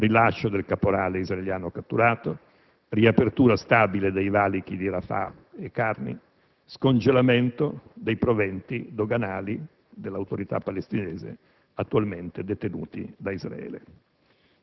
rilascio del caporale israeliano catturato, della riapertura stabile dei valichi di Rafah e Karni, dello scongelamento dei proventi doganali dell'Autorità palestinese, attualmente detenuti da Israele.